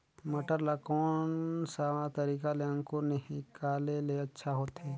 मटर ला कोन सा तरीका ले अंकुर निकाले ले अच्छा होथे?